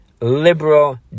liberal